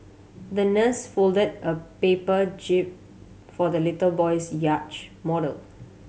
the nurse folded a paper jib for the little boy's model